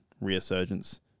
Resurgence